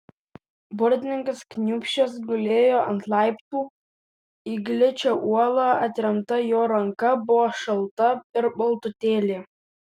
burtininkas kniūbsčias gulėjo ant laiptų į gličią uolą atremta jo ranka buvo šalta ir baltutėlė